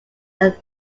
are